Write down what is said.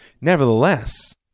Nevertheless